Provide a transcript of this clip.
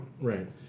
right